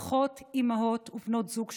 פחות אימהות ובנות זוג שכולות,